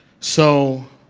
so,